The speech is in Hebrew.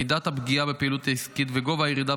מידת הפגיעה בפעילות העסקית וגובה הירידה